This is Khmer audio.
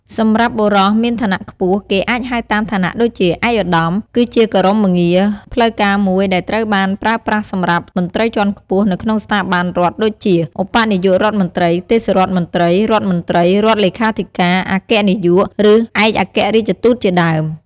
សម្រាប់បុរសមានឋានៈខ្ពស់ គេអាចហៅតាមឋានៈដូចជា "ឯកឧត្តម" គឺជាគោរមងារផ្លូវការមួយដែលត្រូវបានប្រើប្រាស់សម្រាប់ មន្ត្រីជាន់ខ្ពស់ នៅក្នុងស្ថាប័នរដ្ឋដូចជា ឧបនាយករដ្ឋមន្ត្រី ទេសរដ្ឋមន្ត្រី រដ្ឋមន្ត្រី រដ្ឋលេខាធិការ អគ្គនាយក ឬឯកអគ្គរាជទូតជាដើម។។